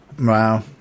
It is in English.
Wow